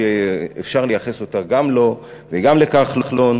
שאפשר לייחס אותה גם לו וגם לכחלון,